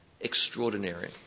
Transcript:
extraordinary